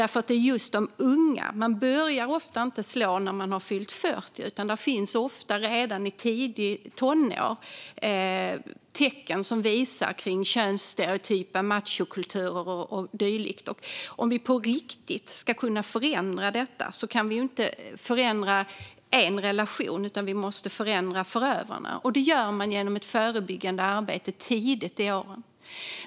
För man börjar inte slå när man fyllt 40, utan det finns ofta redan i tidiga tonår tecken som visar på könsstereotypa machokulturer och dylikt. Om vi på riktigt ska kunna förändra detta kan vi inte förändra en relation, utan vi måste förändra förövarna, och det gör man genom ett tidigt förebyggande arbete.